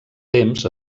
temps